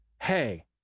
hey